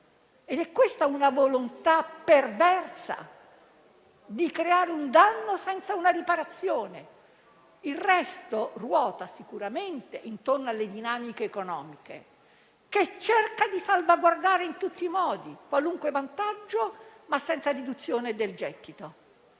Questa è volontà perversa di creare un danno senza una riparazione; il resto ruota sicuramente intorno alle dinamiche economiche che si cerca di salvaguardare in tutti i modi: qualunque vantaggio, ma senza riduzione del gettito.